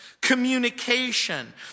communication